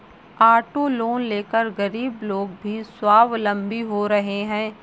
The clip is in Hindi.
ऑटो लोन लेकर गरीब लोग भी स्वावलम्बी हो रहे हैं